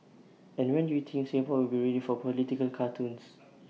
and when do you think Singapore will be ready for political cartoons